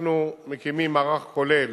אנחנו מקימים מערך כולל